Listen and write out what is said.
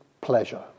pleasure